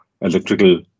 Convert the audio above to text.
electrical